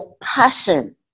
passion